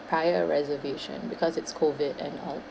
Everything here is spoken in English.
prior reservation because it's COVID and all